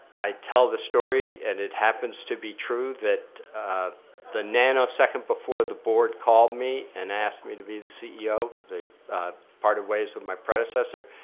i tell the story and it happens to be true that the nanosecond before the board called me and asked me to be the ceo, they parted ways with my predecessor,